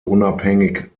unabhängig